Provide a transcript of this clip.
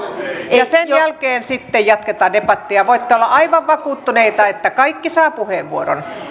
minuuttia sen jälkeen sitten jatketaan debattia voitte olla aivan vakuuttuneita että kaikki saavat puheenvuoron